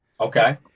Okay